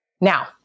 Now